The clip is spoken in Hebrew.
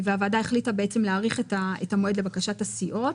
הוועדה החליטה להאריך את המועד לבקשת הסיעות.